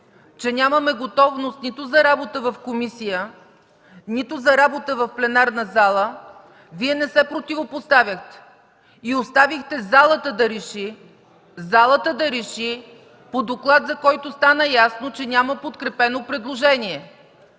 че нямаме готовност нито за работа в комисия, нито за работа в пленарната зала, Вие не се противопоставяхте и оставихте залата да реши, по доклад за който стана ясно, че няма подкрепено предложение.